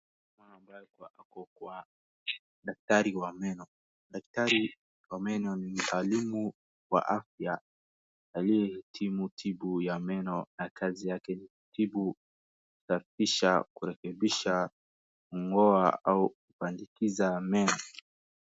Mama ambaye ako kwa daktari wa meno. Daktari wa meno ni mtaalumu wa afya aliyehitimu tibu ya meno na kazi ya ni kutibu, kusafisha, kurekembisha, kung'oa au kupandikiza meno.